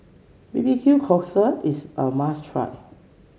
bbq cockle is a must try